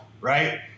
right